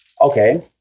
Okay